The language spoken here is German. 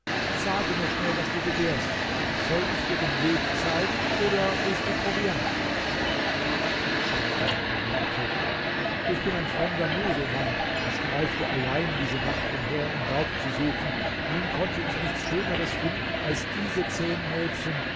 sage nur schnell was du begehrst soll ich dir den weg zeigen oder willst du proviant scharkan erwiderte ich bin ein fremder muselmann ich streifte allein diese nacht umher um raub zu suchen nun konnte ich nichts schöneres finden als diese zehn mädchen